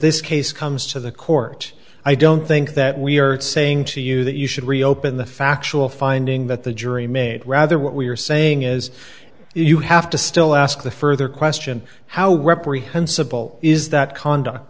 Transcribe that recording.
this case comes to the court i don't think that we are saying to you that you should reopen the factual finding that the jury made rather what we are saying is you have to still ask the further question how reprehensible is that conduct